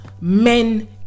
men